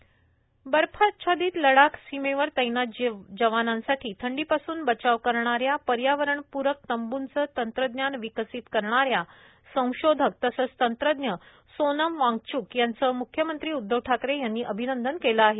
वाँगच्क बर्फाच्छादित लडाख सीमेवर तब्रात जवानांसाठी थंडीपासून बचाव करणाऱ्या पर्यावरणप्रक तंब्र्च तंत्रज्ञान विकसित करणाऱ्या संशोधक तंत्रज्ञ सोनम वाँगच्क यांचं म्ख्यमंत्री उद्धव ठाकरे यांनी अभिनंदन केलं आहे